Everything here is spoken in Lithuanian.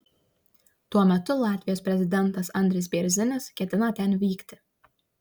tuo metu latvijos prezidentas andris bėrzinis ketina ten vykti